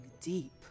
Deep